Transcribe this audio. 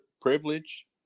privilege